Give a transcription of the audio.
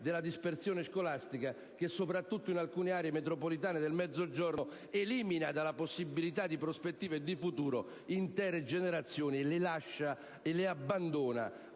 della dispersione scolastica. Quest'ultima, soprattutto in alcune aree metropolitane del Mezzogiorno, elimina dalla possibilità di prospettiva e di futuro intere generazioni e le abbandona